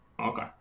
Okay